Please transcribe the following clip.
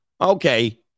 Okay